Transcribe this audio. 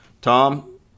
Tom